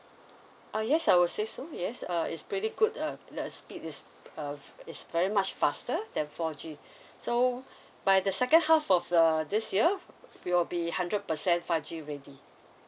uh yes I will say so yes uh it's pretty good uh the speed is uh it's very much faster than four G so by the second half of the this year we will be hundred percent five G ready